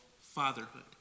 fatherhood